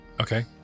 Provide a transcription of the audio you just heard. Okay